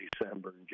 December